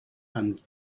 and